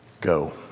go